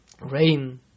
rain